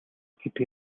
гэдэг